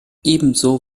ebenso